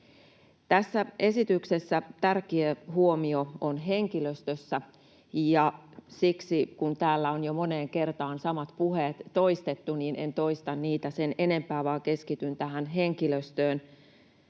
Tässä esityksessä tärkeä huomio on henkilöstössä. Siksi, kun täällä on jo moneen kertaan samat puheet toistettu, en toista niitä sen enempää vaan keskityn tähän henkilöstöön.